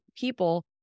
people